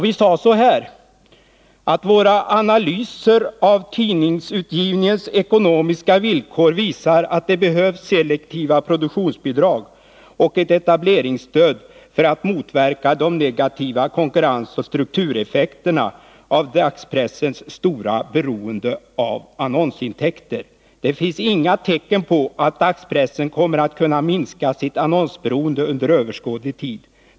Vi sade bl.a. följande: ”Våra analyser av tidningsutgivningens ekonomiska villkor visar att det behövs selektiva produktionsbidrag och ett etableringsstöd för att motverka de negativa konkurrensoch struktureffekterna av dagspressens stora beroende av annonsintäkter. Det finns inga tecken på att dagspressen kommer att kunna minska sitt annonsberoende under överskådlig tid.